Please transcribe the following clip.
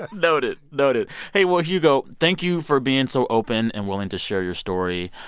ah noted. noted. hey, well, hugo, thank you for being so open and willing to share your story.